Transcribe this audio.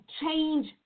change